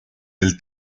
del